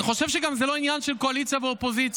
אני חושב שזה גם לא עניין של קואליציה ואופוזיציה,